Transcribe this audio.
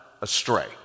astray